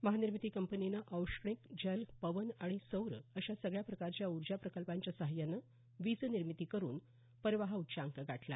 महानिर्मिती कंपनीनं औष्णिक जल पवन आणि सौर अशा सगळ्या प्रकारच्या ऊर्जा प्रकल्पांच्या सहाय्यानं वीजनिर्मिती करून परवा हा उच्चांक गाठला